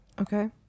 Okay